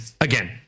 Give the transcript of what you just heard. again